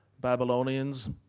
Babylonians